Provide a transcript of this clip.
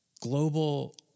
global